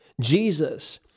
Jesus